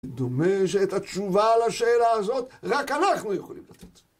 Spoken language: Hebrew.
דומה שאת התשובה על השאלה הזאת רק אנחנו יכולים לתת.